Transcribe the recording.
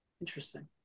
Interesting